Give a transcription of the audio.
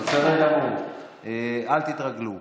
בסדר גמור, אל תתרגלו.